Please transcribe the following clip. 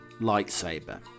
lightsaber